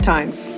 Times